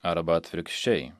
arba atvirkščiai